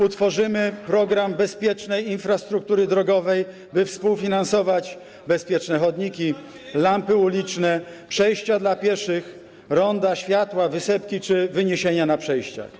Utworzymy program bezpiecznej infrastruktury drogowej, aby współfinansować bezpieczne chodniki, lampy uliczne, przejścia dla pieszych, ronda, światła, wysepki czy wyniesienia na przejściach.